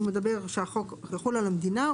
פרק שאומר שהחוק יחול על המדינה,